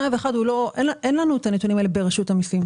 אין לנו את הנתונים האלה ברשות המסים.